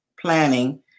planning